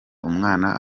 umwana